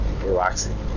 relaxing